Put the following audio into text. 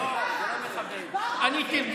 לא, לא, אתה לא.